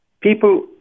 people